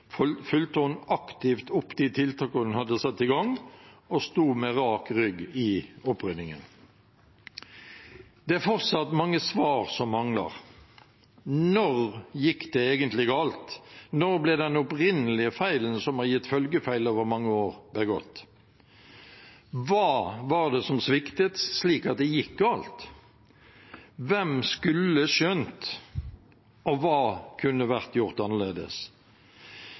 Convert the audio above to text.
fulgte hun aktivt opp de tiltak hun hadde satt i gang, og sto med rak rygg i oppryddingen. Det er fortsatt mange svar som mangler: Når gikk det egentlig galt – når ble den opprinnelige feilen som har gitt følgefeil over mange år, begått? Hva var det som sviktet, slik at det gikk galt? Hvem skulle skjønt? Hva kunne vært gjort annerledes?